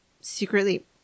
secretly